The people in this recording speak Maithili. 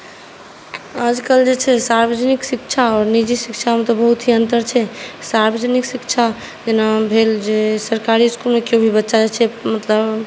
आज कल जे छै सार्वजनिक शिक्षा आओर निजी शिक्षामे बहुत ही अन्तर छै सार्वजनिक शिक्षा जेना भेल जे सरकारी इसकुलमे किओ भी बच्चा जे छै मतलब